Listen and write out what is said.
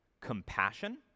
compassion